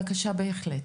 בבקשה, בהחלט.